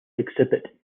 exhibit